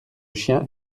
chien